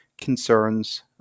concerns